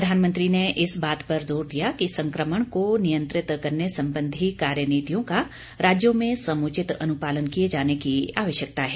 प्रधानमंत्री ने इस बात पर जोर दिया कि संक्रमण को नियंत्रित करने संबंधी कार्यनीतियों का राज्यों में समुचित अनुपालन किए जाने की आवश्यकता है